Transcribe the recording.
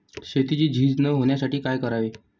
शेतीची झीज न होण्यासाठी काय करावे?